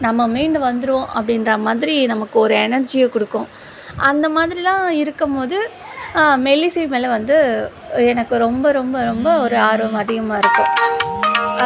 நம்ம மீண்டு வந்துடுவோம் அப்படின்றா மாதிரி நமக்கு ஒரு எனெர்ஜியை கொடுக்கும் அந்த மாதிரிலாம் இருக்கும்போது மெல்லிசை மேலே வந்து எனக்கு ரொம்ப ரொம்ப ரொம்ப ஒரு ஆர்வம் அதிகமாக இருக்கும்